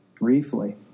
briefly